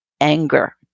anger